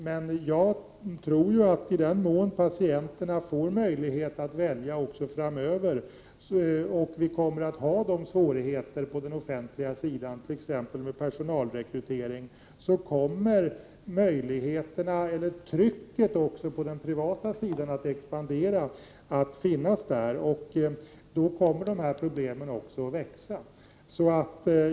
Men jag tror att i den mån patienter får möjlighet att välja också framöver och vi har det svårt på den offentliga sidan med t.ex. personalrekrytering, kommer trycket på den privata sidan att expandera att finnas. Då kommer problemen att växa.